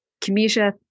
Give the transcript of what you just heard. Kamisha